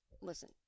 listen